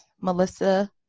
Melissa